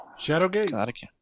Shadowgate